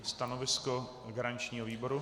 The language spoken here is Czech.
Stanovisko garančního výboru?